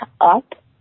up